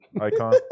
icon